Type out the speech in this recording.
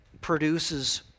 produces